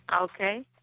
Okay